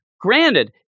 Granted